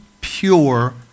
pure